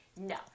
No